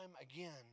again